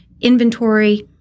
inventory